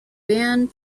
band